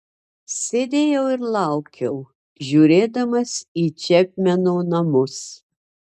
sėdėjau ir laukiau žiūrėdamas į čepmeno namus